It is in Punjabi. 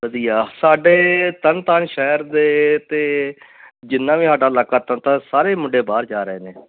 ਵਧੀਆ ਸਾਡੇ ਤਰਨ ਤਾਰਨ ਸ਼ਹਿਰ ਦੇ ਅਤੇ ਜਿੰਨਾ ਵੀ ਸਾਡਾ ਇਲਾਕਾ ਤਰਨਤਾਰਨ ਸਾਰੇ ਹੀ ਮੁੰਡੇ ਬਾਹਰ ਜਾ ਰਹੇ ਨੇ